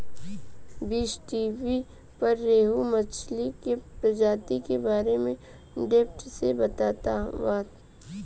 बीज़टीवी पर रोहु मछली के प्रजाति के बारे में डेप्थ से बतावता